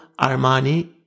Armani